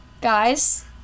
guys